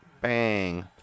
Bang